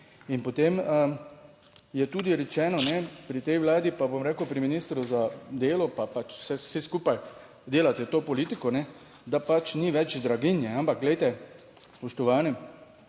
In potem je tudi rečeno pri tej Vladi pa bom rekel pri ministru za delo pa pač saj vsi skupaj delate to politiko, ne da pač ni več draginje. Ampak glejte. Spoštovani!